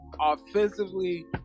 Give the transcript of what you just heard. offensively